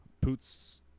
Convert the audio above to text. Poots